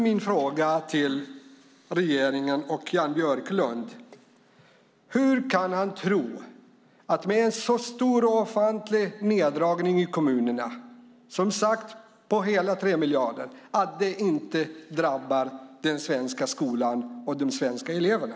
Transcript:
Min fråga till regeringen och Jan Björklund är: Hur kan man tro att en så stor neddragning i kommunerna - hela 3 miljarder - inte drabbar den svenska skolan och de svenska eleverna?